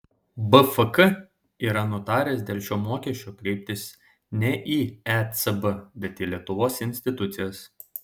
bfk yra nutaręs dėl šio mokesčio kreiptis ne į ecb bet į lietuvos institucijas